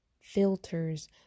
filters